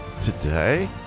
today